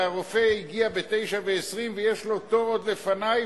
והרופא הגיע ב-09:20 ויש לו תור עוד לפני,